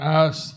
ask